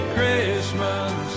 Christmas